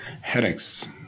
headaches